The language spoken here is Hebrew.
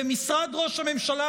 ומשרד ראש הממשלה,